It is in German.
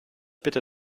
bitte